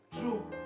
True